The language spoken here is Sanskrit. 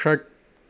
षट्